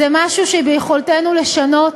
זה משהו שביכולתנו לשנות: